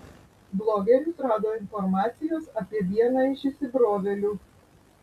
blogeris rado informacijos apie vieną iš įsibrovėlių